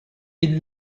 élu